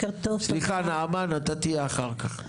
סליחה, נעמן אתה תהיה אחר כך.